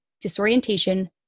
disorientation